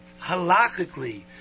halachically